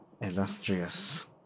illustrious